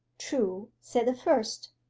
true, said the first.